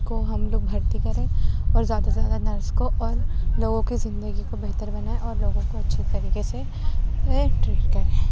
کو ہم لوگ بھرتی کریں اور زیادہ سے زیادہ نرس کو اور لوگوں کی زندگی کو بہتر بنائیں اور لوگوں کو اچھے طریقے سے ٹریٹ کریں